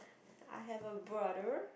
I have a brother